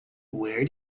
where